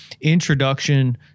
introduction